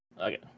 Okay